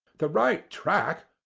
the right track!